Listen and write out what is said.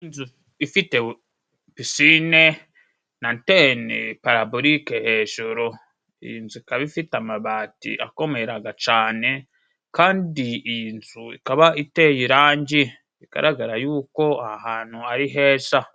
Inzu ifite pisinine na antene parabolike hejuru. Iyi nzu ikaba ifite amabati akomeraga cane, kandi iyi nzu ikaba iteye irangi, bigaragara yuko ahantu ari heza.